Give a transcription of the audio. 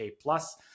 plus